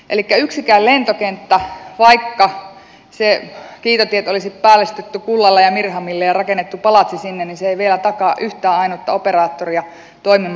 elikkä yksikään lentokenttä vaikka kiitotiet olisi päällystetty kullalla ja mirhamilla ja rakennettu palatsi sinne ei vielä takaa yhtään ainutta operaattoria toimimaan alueella